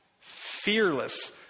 fearless